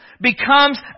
Becomes